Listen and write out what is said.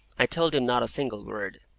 i told him not a single word.